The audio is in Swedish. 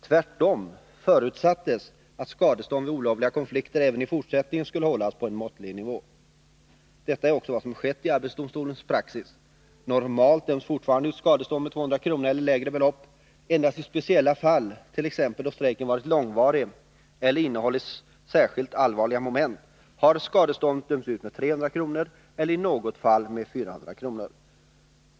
Tvärtom förutsattes att skadestånd vid olovliga konflikter även i fortsättningen skulle hållas på en måttlig nivå. Detta är också vad som har skett i arbetsdomstolens praxis. Normalt döms fortfarande ut skadestånd med 200 kr. eller lägre belopp. Endast i speciella fall, t.ex. då strejken har varit långvarig eller har innehållit särskilt allvarliga moment, har skadestånd dömts ut med 300 kr. eller i något fall med 400 kr.